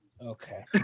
Okay